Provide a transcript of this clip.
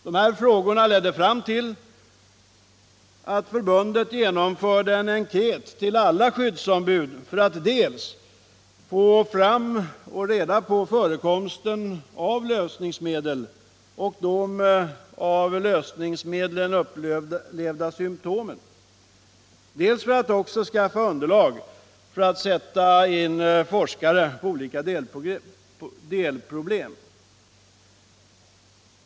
Dessa frågor ledde fram till att förbundet genomförde en enkät till alla skyddsombud dels för att få reda på förekomsten av lösningsmedel och de av lösningsmedlen orsakade symtomen, dels för att skaffa underlag för att sätta in forskare på olika delproblem.